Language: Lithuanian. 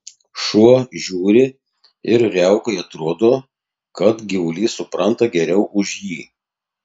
šuo žiūri ir riaukai atrodo kad gyvulys supranta geriau už jį